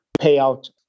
payout